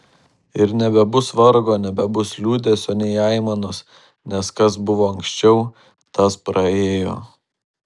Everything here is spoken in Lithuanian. ir nebebus vargo nebebus liūdesio nei aimanos nes kas buvo anksčiau tas praėjo